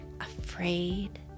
afraid